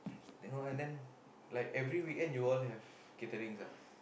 then oh then like every weekend you all have catering sia